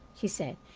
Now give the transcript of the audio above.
she said.